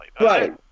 Right